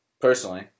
Personally